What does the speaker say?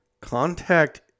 Contact